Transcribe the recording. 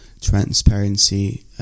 transparency